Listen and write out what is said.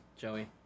Joey